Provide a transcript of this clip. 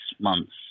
months